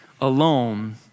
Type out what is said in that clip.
alone